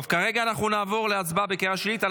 כרגע נעבור להצבעה בקריאה השלישית על